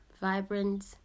vibrant